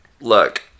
Look